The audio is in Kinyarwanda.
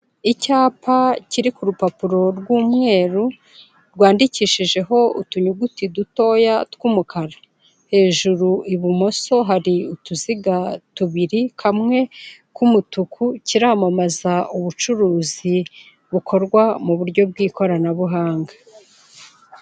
Icyapa kiri ku rupapuro rw'umweru, rwandikishijeho utunyuguti dutoya tw'umukara, hejuru ibumoso hari utuziga tubiri, kamwe k'umutuku, kiramamaza ubucuruzi bukorwa mu buryo bw'ikoranabuhanga.